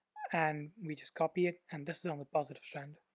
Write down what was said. and we just copy it, and this is on the positive strand.